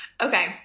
Okay